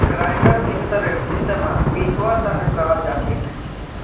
grinder मिक्सरेर इस्तमाल पीसवार तने कराल जाछेक